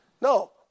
No